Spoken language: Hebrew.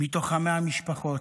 מתוך ה-100 משפחות,